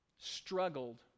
struggled